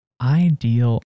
ideal